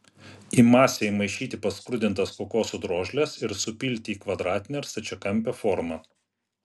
į masę įmaišyti paskrudintas kokosų drožles ir supilti į kvadratinę ar stačiakampę formą